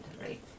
right